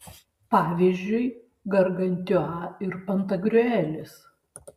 pavyzdžiui gargantiua ir pantagriuelis